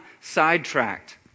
sidetracked